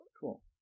Cool